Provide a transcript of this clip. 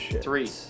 Three